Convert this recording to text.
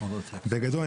בגדול,